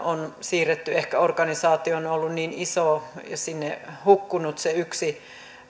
on siirretty aviin ehkä organisaatio on on ollut niin iso ja sinne hukkunut se yksi